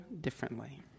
differently